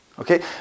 Okay